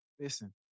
Listen